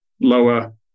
lower